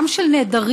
גם של נעדרים,